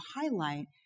highlight